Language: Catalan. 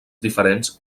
diferents